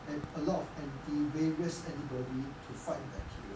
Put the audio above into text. and a lot of anti~ various antibody to fight the bacteria